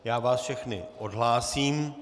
Já vás všechny odhlásím.